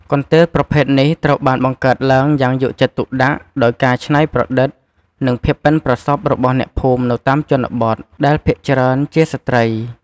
កន្ទេលប្រភេទនេះត្រូវបានបង្កើតឡើងយ៉ាងយកចិត្តទុកដាក់ ដោយការច្នៃប្រឌិត និងភាពប៉ិនប្រសប់របស់អ្នកភូមិនៅតាមជនបទ ដែលភាគច្រើនជាស្ត្រី។